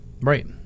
Right